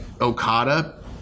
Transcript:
Okada